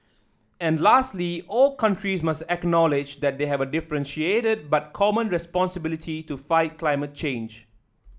and lastly all countries must acknowledge that they have a differentiated but common responsibility to fight climate change